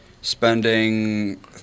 spending